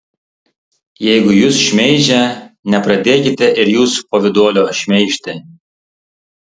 jeigu jus šmeižia nepradėkite ir jūs pavyduolio šmeižti